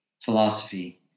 philosophy